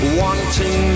wanting